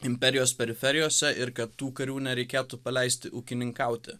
imperijos periferijose ir kad tų karių nereikėtų paleisti ūkininkauti